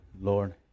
Lord